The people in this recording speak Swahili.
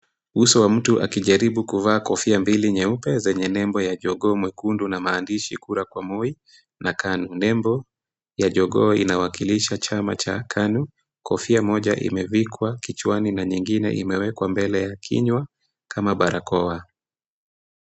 Uso wa mtu akijaribu kuvaa kofia mbili nyeupe zenye nembo ya jogoo mwekundu na maandishi kura kwa Moi na Kanu. Nembo ya jogoo inawakilisha chama cha Kanu, kofia moja imevikwa kichwani na nyingine imewekwa mbele ya kinywa kama barakoa.